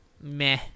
meh